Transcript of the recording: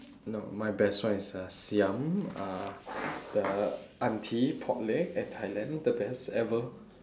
no my best one is at siam uh the auntie pork leg at thailand the best ever